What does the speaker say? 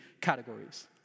categories